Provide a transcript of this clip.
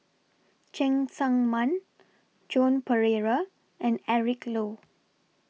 Cheng Tsang Man Joan Pereira and Eric Low